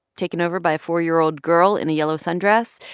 taken over by a four year old girl in a yellow sundress.